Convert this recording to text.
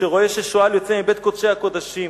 כשרואה ששועל יוצא מבית קודשי הקודשים,